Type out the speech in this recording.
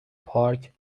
پارک